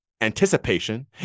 Anticipation